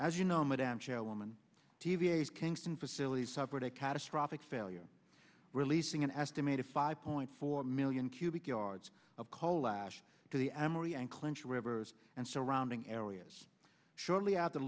as you know madame chairwoman t v s kingston facility suffered a catastrophic failure releasing an estimated five point four million cubic yards of coal ash to the emery and clinch rivers and surrounding areas shortly after